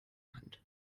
hand